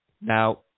Now